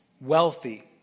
wealthy